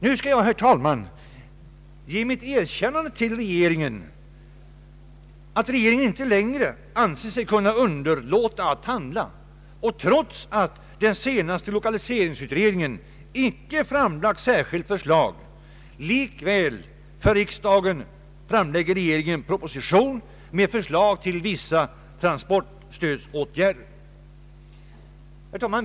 Nu skall jag, herr talman, ge mitt erkännande till regeringen för att den inte längre anser sig kunna underlåta att handla och, trots att den senaste lokaliseringsutredningen inte framlagt särskilt förslag, likväl för riksdagen framlagt proposition med förslag till vissa transportstödåtgärder.